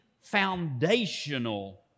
foundational